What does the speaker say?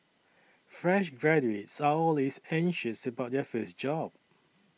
fresh graduates are always anxious about their first job